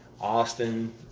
Austin